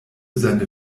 seine